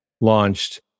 launched